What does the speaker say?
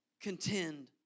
contend